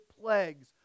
plagues